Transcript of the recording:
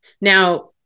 Now